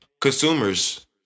Consumers